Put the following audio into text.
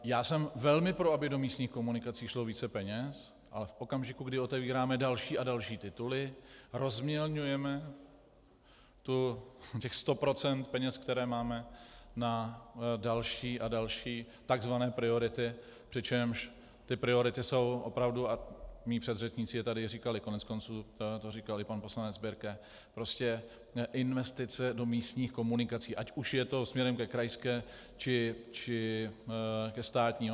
Já jsem velmi pro, aby do místních komunikací šlo více peněz, ale v okamžiku, kdy otevíráme další a další tituly, rozmělňujeme těch 100 % peněz, které máme na další a další takzvané priority, přičemž ty priority jsou opravdu a mí předřečníci je tady říkali, koneckonců to říkal i pan poslanec Birke prostě investice do místních komunikací, ať už je to směrem ke krajské, či ke státní.